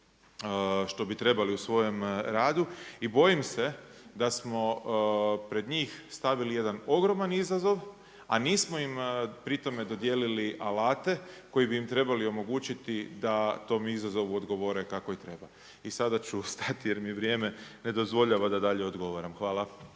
što bi trebali u svojem radu i bojim se da smo pred njih stavili jedan ogroman izazov, a nismo im pri tome dodijelili alate, koji bi im trebali omogućiti da tom izazovu odgovore kako i treba. I sada ću stati jer mi vrijeme ne dozvoljava da dalje odgovaram. Hvala.